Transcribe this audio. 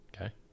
Okay